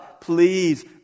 please